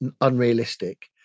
unrealistic